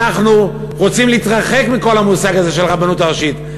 אנחנו רוצים להתרחק מכל המושג הזה של הרבנות הראשית,